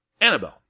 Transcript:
Annabelle